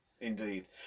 indeed